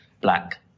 black